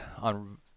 on